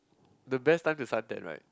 the best time to suntan right